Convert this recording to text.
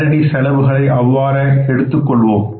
நேரடி செலவுகளை அவ்வாறே எடுத்துக்கொண்டோம்